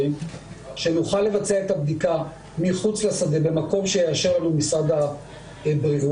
שנוכל לבצע את הבדיקה מחוץ לשדה במקום שיאשר לנו משרד הבריאות.